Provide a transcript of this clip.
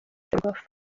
ferwafa